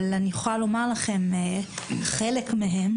אני יכולה לומר לכם שחלק מהן,